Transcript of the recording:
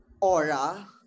aura